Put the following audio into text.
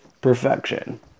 perfection